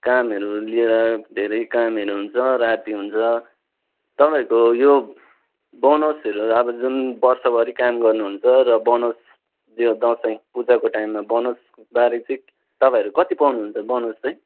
कामहरू लिएर धेरै कामहरू हुन्छ राती हुन्छ तपाईँको यो बोनसहरू अब जुन बर्षभरि काम गर्नु हुन्छ र बोनस यो दसैँ पूजाको टाइममा बोनसबारे चाहिँ तपाईँहरूले कति पाउनुहुन्छ बोनस चाहिँ